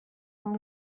amb